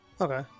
okay